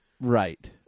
Right